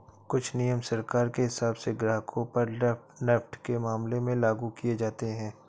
कुछ नियम सरकार के हिसाब से ग्राहकों पर नेफ्ट के मामले में लागू किये जाते हैं